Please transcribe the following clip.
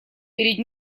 перед